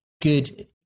good